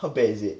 how bad is it